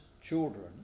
children